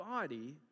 body